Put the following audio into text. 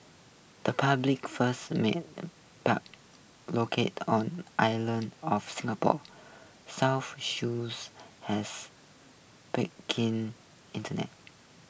the Republic's first marine park located on islands off Singapore's southern shores has keen internet